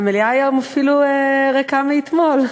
המליאה היום אפילו ריקה מאתמול.